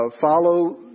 follow